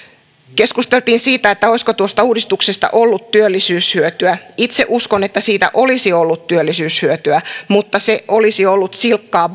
keskusteltiin siitä olisiko tuosta uudistuksesta ollut työllisyyshyötyä itse uskon että siitä olisi ollut työllisyyshyötyä mutta se olisi ollut silkkaa